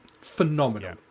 phenomenal